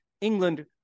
England